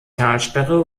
talsperre